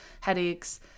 headaches